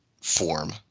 Form